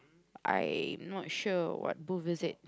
I not sure what booth is it